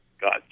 got